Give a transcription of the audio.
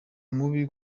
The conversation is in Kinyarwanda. mubi